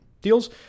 deals